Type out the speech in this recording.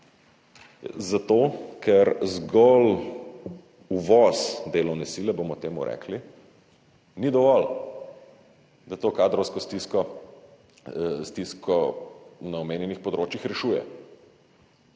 Zato, ker zgolj uvoz delovne sile, bomo temu rekli, ni dovolj, da to kadrovsko stisko na omenjenih področjih rešuje